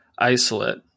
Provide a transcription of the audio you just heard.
isolate